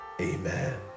Amen